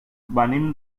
venim